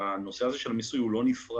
הנושא הזה של המיסוי הוא לא נפרד,